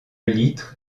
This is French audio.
litre